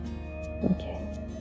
Okay